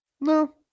No